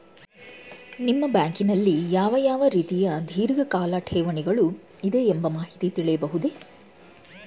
ನಿಮ್ಮ ಬ್ಯಾಂಕಿನಲ್ಲಿ ಯಾವ ಯಾವ ರೀತಿಯ ಧೀರ್ಘಕಾಲ ಠೇವಣಿಗಳು ಇದೆ ಎಂಬ ಮಾಹಿತಿ ಸಿಗಬಹುದೇ?